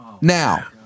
Now